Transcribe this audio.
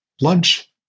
lunch